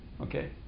Okay